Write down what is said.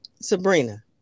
Sabrina